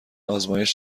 آزمایش